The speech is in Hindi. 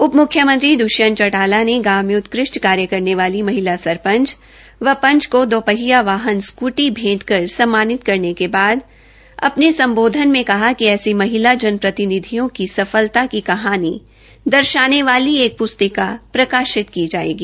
उप म्ख्यमंत्री दृष्यंत चौधाला ने गांव में उत्कृष्ण कार्य करने वाली महिलाओं व पंच को दोपहिया वाहन स्कूपी भें कर सम्मानित करने के बाद अपने सम्बोधन में कहा कि ऐसी महिला जन प्रतिनिधियों की सफलता की कहानी दर्शानी वाली एक प्रस्तिका प्रकाशित की जायेगी